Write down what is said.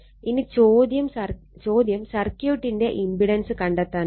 ഇനി ചോദ്യം സർക്യൂട്ടിന്റെ ഇമ്പിടൻസ് കണ്ടെത്താനാണ്